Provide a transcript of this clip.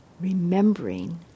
Remembering